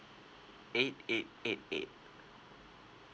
eight eight eight eight